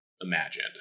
imagined